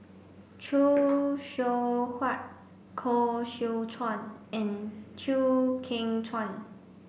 Khoo Seow Hwa Koh Seow Chuan and Chew Kheng Chuan